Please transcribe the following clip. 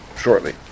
shortly